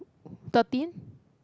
thirteen